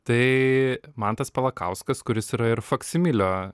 tai mantas pelakauskas kuris yra ir faksimilio